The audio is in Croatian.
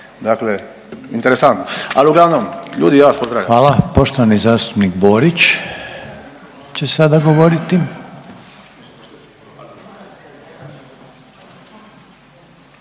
Dakle, interesantno. Ali uglavnom ljudi ja vas pozdravljam. **Reiner, Željko (HDZ)** Hvala. Poštovani zastupnik Borić će sada govoriti.